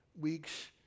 weeks